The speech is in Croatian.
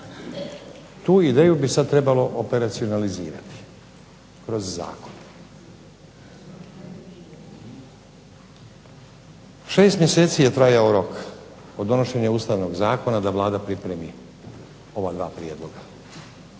Tu ideju bi sad trebalo operacionalizirati kroz zakon. 6 mjeseci je trajao rok od donošenja Ustavnog zakona da Vlada pripremi ova dva prijedloga.